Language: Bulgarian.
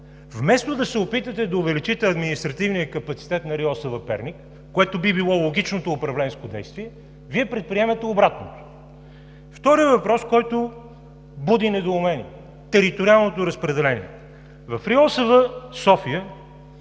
Вместо да се опитате да увеличите административния капацитет на РИОСВ – Перник, което би било логичното управленско действие, Вие предприемате обратното! Вторият въпрос, който буди недоумение – териториалното разпределение. В РИОСВ – София,